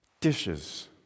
dishes